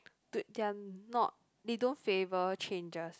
dude they are not they don't favour changes